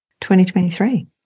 2023